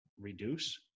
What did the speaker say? reduce